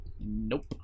Nope